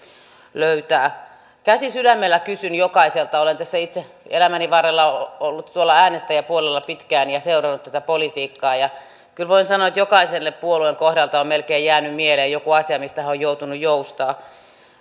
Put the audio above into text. löytää käsi sydämellä kysyn jokaiselta olen tässä itse elämäni varrella ollut tuolla äänestäjäpuolella pitkään ja seurannut tätä politiikkaa ja kyllä voin sanoa että melkein jokaisen puolueen kohdalta on jäänyt mieleen jokin asia mistä he ovat joutuneet joustamaan